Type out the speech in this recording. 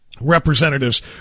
representatives